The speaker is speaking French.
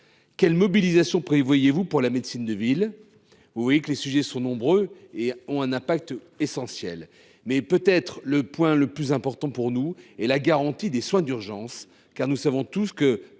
Quelle mobilisation prévoyez vous pour la médecine de ville ? Vous le voyez, les sujets sont nombreux, et leur poids est considérable. Mais peut être le point le plus important pour nous est la garantie des soins d’urgence, car nous savons tous que,